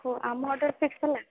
ହଉ ଆମ order fix ହେଲା